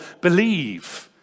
believe